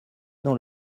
dans